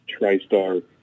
TriStar